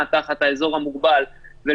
עדיין חלקים גדולים מהכלכלה לא